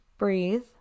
Breathe